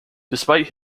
despite